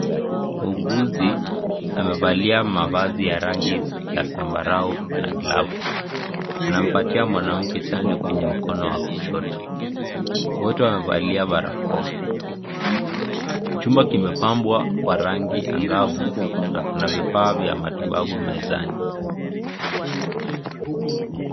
Muguzi amevalia mavazi ya rangi ya sambarau na glavu. Anampatia mwanamke chanjo kwenye mkono wa kushoto. Wote wamevalia barakoa. Chumba kimepambwa kwa rangi angavu na kunavyo vifaa vya matibabu mezani.